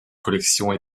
collection